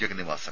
Jagannivasan